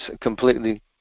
completely